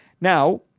Now